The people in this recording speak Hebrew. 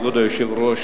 כבוד היושב-ראש,